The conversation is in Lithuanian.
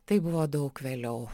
tai buvo daug vėliau